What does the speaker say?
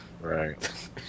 Right